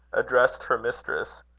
addressed her mistress,